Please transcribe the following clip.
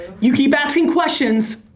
you keep asking questions,